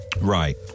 Right